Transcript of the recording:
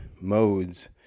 modes